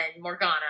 Morgana